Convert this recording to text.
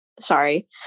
sorry